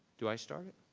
do i start